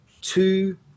two